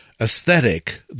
Aesthetic